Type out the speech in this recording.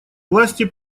власти